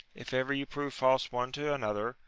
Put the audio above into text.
if ever you prove false one to another,